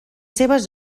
seves